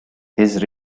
his